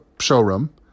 showroom